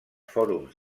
fòrums